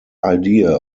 idea